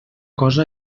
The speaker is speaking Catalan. cosa